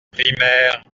primaire